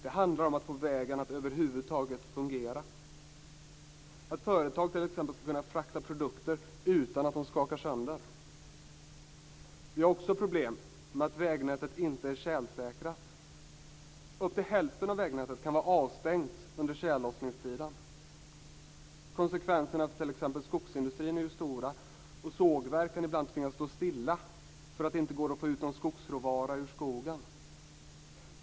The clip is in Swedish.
Det handlar om att få vägen att över huvud taget fungera, t.ex. att företag skall kunna frakta produkter utan att de skakas sönder. Vi har också problem med att vägnätet inte är tjälsäkrat. Upp till hälften av vägnätet kan vara avstängt under tjällossningstiden. Konsekvenserna för t.ex. skogsindustrin är ju stora, och sågverken har ibland tvingats stå stilla därför att det inte går att få ut någon skogsråvara ur skogen.